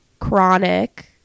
chronic